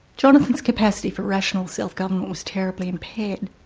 jonathan's capacity for rational self-government was terribly impaired.